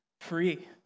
free